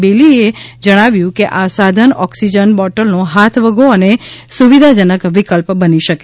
બેલીમે જણાવ્યું કે આ સાધન ઓકસીજન બોટલનો હાથવગો અને સુવિધાજનક વિકલ્પ બની શકે છે